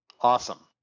Awesome